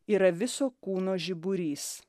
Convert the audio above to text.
yra viso kūno žiburys